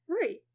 Right